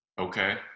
Okay